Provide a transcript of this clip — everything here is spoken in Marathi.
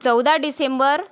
चौदा डिसेंबर